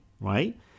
right